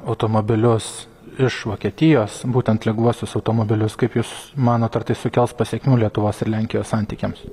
automobilius iš vokietijos būtent lengvuosius automobilius kaip jūs manot ar tai sukels pasekmių lietuvos ir lenkijos santykiams